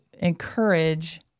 encourage